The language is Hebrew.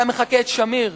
אתה מחקה את שמיר,